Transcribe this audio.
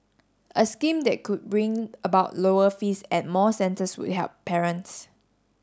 a scheme that could bring about lower fees at more centres would help parents